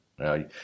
Now